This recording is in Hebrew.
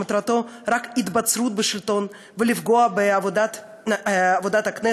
שמטרתו רק התבצרות בשלטון, ולפגוע בעבודת הכנסת,